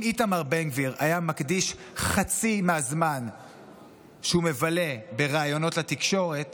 אם איתמר בן גביר היה מקדיש חצי מהזמן שהוא מבלה בראיונות לתקשורת